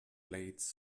blades